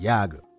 Yaga